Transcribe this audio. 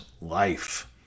life